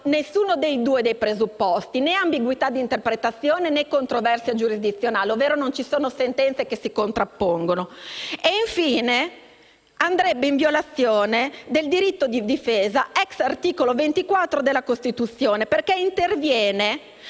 nessuno dei due presupposti: né ambiguità di interpretazione, né controversia giurisdizionale, ovvero non ci sono sentenze che si contrappongono. Infine, la norma andrebbe in violazione del diritto di difesa, ex articolo 24 della Costituzione, perché interviene